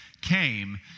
came